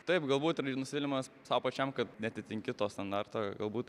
taip galbūt ir nusivylimas sau pačiam kad neatitinki to standarto galbūt